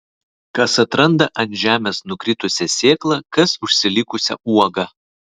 kas atranda ant žemės nukritusią sėklą kas užsilikusią uogą